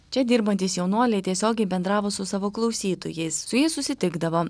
čia dirbantys jaunuoliai tiesiogiai bendravo su savo klausytojais su jais susitikdavo